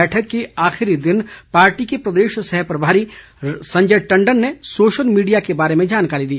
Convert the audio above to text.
बैठक के आखिरी दिन पार्टी के प्रदेश सह प्रभारी संजय टंडन ने सोशल मीडिया के बारे में जानकारी दी